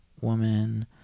woman